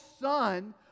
son